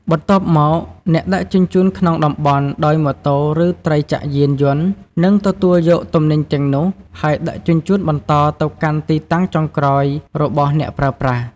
បន្ទាប់មក អ្នកដឹកជញ្ជូនក្នុងតំបន់ដោយម៉ូតូឬត្រីចក្រយានយន្តនឹងទទួលយកទំនិញទាំងនោះហើយដឹកជញ្ជូនបន្តទៅកាន់ទីតាំងចុងក្រោយរបស់អ្នកប្រើប្រាស់។